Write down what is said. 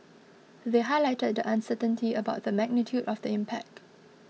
they highlighted the uncertainty about the magnitude of the impact